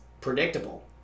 predictable